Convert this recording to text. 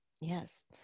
yes